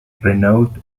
renault